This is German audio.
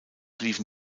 liefen